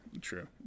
true